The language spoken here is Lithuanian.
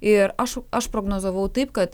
ir aš aš prognozavau taip kad